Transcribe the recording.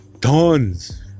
Tons